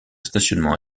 stationnement